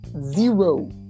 Zero